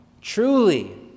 truly